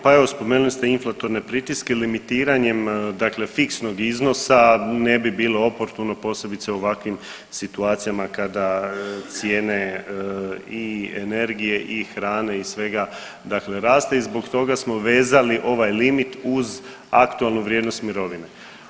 Pa evo spomenuli ste inflatorne pritiske, limitiranjem dakle fiksnog iznosa ne bi bilo oportuno, posebice u ovakvim situacijama kada cijene i energije i hrane i svega dakle raste i zbog toga smo vezali ovaj limit uz aktualnu vrijednost mirovine.